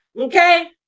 Okay